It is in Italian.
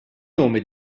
nome